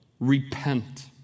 Repent